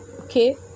okay